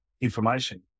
information